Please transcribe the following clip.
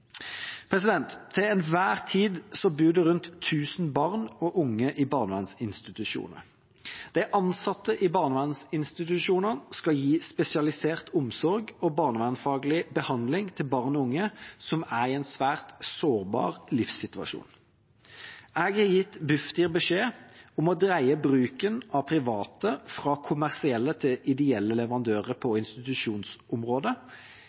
Til enhver tid bor det rundt 1 000 barn og unge i barnevernsinstitusjoner. De ansatte i barnevernsinstitusjoner skal gi spesialisert omsorg og barnevernsfaglig behandling til barn og unge som er i en svært sårbar livssituasjon. Jeg har gitt Bufdir beskjed om å dreie bruken av private fra kommersielle til ideelle leverandører